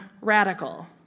Radical